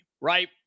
right